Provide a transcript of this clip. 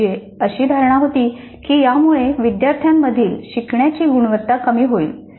त्यांची अशी धारणा होती की यामुळे विद्यार्थ्यांमधील शिक्षणाची गुणवत्ता कमी होईल